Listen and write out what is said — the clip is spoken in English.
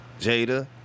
Jada